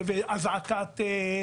של אזעקה.